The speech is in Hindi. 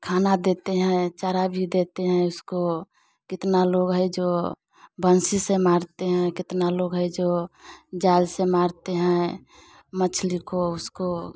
खाना देते हैं चारा भी देते हैं उसको कितना लोग हैं जो बंसी से मारते हैं कितना लोग हैं जो जाल से मारते हैं मछली को उसको